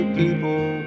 people